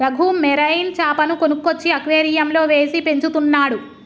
Raghu marine చాపను కొనుక్కొచ్చి అక్వేరియంలో వేసి పెంచుతున్నాడు